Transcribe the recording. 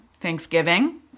Thanksgiving